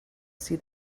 see